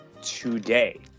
today